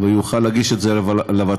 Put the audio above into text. והוא יוכל להגיש את זה לוותמ"ל,